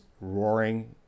roaring